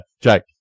Jake